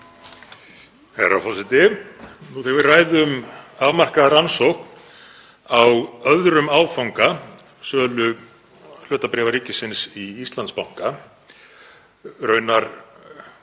Herra forseti. Þegar við ræðum afmarkaða rannsókn á öðrum áfanga í sölu hlutabréfa ríkisins í Íslandsbanka — raunar